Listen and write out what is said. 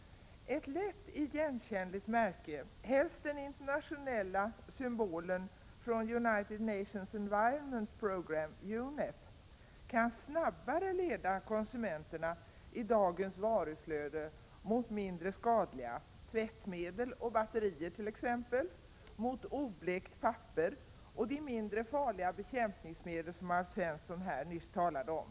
Ett lätt igenkännligt märke — helst den internationella symbolen från United Nations Environment Programme, UNEP -— kan snabbare leda konsumenterna i dagens varuflöde mot mindre skadliga tvättmedel och batterier, mot oblekt papper, för att ta några exempel, och mot de mindre farliga bekämpningsmedel som Alf Svensson nyss talade om.